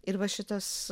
ir va šitas